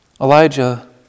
Elijah